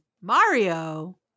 Mario